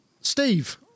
steve